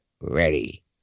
ready